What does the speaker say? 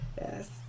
yes